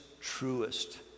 truest